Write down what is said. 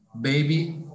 Baby